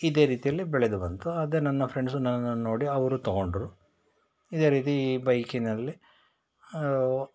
ಇದೇ ರೀತಿಯಲ್ಲಿ ಬೆಳೆದು ಬಂತು ಅದೇ ನನ್ನ ಫ್ರೆಂಡ್ಸು ನನ್ನನ್ನು ನೋಡಿ ಅವರು ತಗೊಂಡ್ರು ಇದೇ ರೀತಿ ಈ ಬೈಕಿನಲ್ಲಿ